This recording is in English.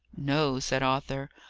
no, said arthur,